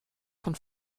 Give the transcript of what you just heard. von